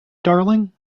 darling